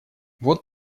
вот